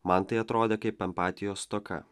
man tai atrodė kaip empatijos stoka